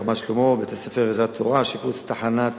ברמת-שלמה ובבית-הספר "עזרת תורה", שיפוץ תחנת